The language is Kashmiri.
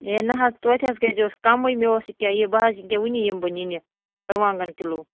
ہے نہَ حظ توتہِ حظ کٔرۍزِہوس کَمٕے مےٚ اوس یہِ کیٛاہ یہِ بہٕ حظ یہِ کیٛاہ وُنی یِمہٕ بہٕ نِنہِ رُوانٛگَن کِلوٗ